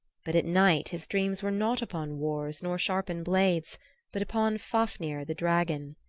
but at night his dreams were not upon wars nor shapen blades but upon fafnir the dragon.